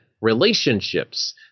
relationships